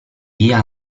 via